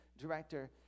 director